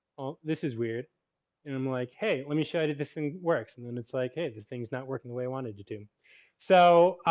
this is weird and i'm like hey, let me show you this thing and works. and then it's like hey, this thing's not working the way i wanted you to. so,